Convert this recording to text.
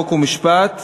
חוק ומשפט נתקבלה.